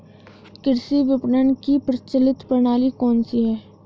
कृषि विपणन की प्रचलित प्रणाली कौन सी है?